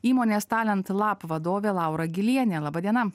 įmonės talent lab vadovė laura gylienė laba diena